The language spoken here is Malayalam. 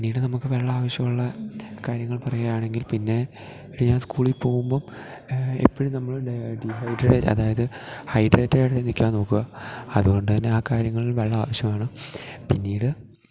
പിന്നീട് നമുക്ക് വെള്ളം ആവശ്യമുള്ള കാര്യങ്ങൾ പറയുകയാണെങ്കിൽ പിന്നെ ഞാൻ സ്കൂളിൽ പോവുമ്പം എപ്പോഴും നമ്മൾ ഡീഹൈഡ്രേറ്റഡ് അതായത് ഹൈഡ്രേറ്റഡ് ആയിട്ട് നിൽക്കാൻ നോക്കുക അതുകൊണ്ട് തന്നെ ആ കാര്യങ്ങളിൽ വെള്ളം ആവശ്യമാണ് പിന്നീട്